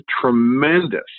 tremendous